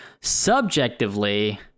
Subjectively